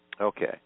Okay